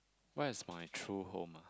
what is my true home ah